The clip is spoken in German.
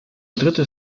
dritte